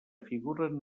figuren